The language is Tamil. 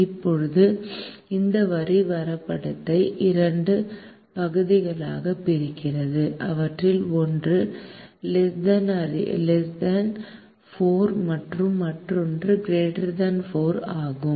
இப்போது இந்த வரி வரைபடத்தை இரண்டு பகுதிகளாகப் பிரிக்கிறது அவற்றில் ஒன்று 4 மற்றும் மற்றொன்று 4 ஆகும்